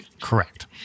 Correct